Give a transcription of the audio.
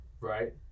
Right